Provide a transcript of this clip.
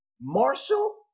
Marshall